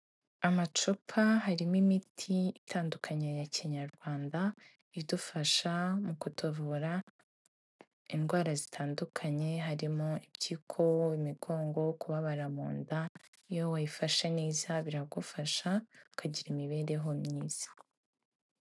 Amacupa harimo imiti itandukanye ya kinyarwanda idufasha mu kutuvura indwara zitandukanye harimo; impyiko, imigongo, kubabara mu nda, iyo wayifashe neza biragufasha ukagira imibereho myiza.